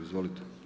Izvolite.